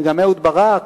וגם אהוד ברק